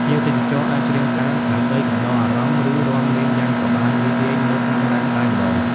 ភ្ញៀវទេសចរអាចច្រៀងតាម ដើម្បីកំដរអារម្មណ៍ ឬរាំលេងយ៉ាងសប្បាយរីករាយនៅក្នុងឡានតែម្តង។